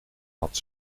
had